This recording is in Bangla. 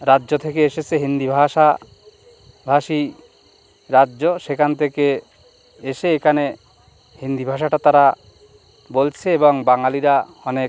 রাজ্য থেকে এসেছে হিন্দি ভাষাভাষী রাজ্য সেখান থেকে এসে এখানে হিন্দি ভাষাটা তারা বলছে এবং বাঙালিরা অনেক